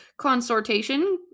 Consortation